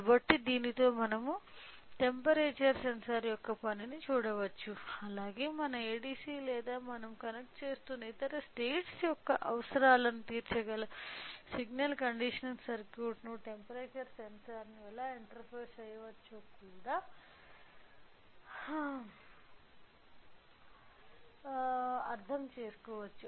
కాబట్టి దీనితో మనం టెంపరేచర్ సెన్సార్ యొక్క పనిని చూడవచ్చు అలాగే మన ADC లేదా మనం కనెక్ట్ చేస్తున్న ఇతర స్టేట్స్ యొక్క అవసరాలను తీర్చగల సిగ్నల్ కండిషనింగ్ సర్క్యూట్కు టెంపరేచర్ సెన్సార్ను ఎలా ఇంటర్ఫేస్ చేయవచ్చో కూడా అర్థం చేసుకోవచ్చు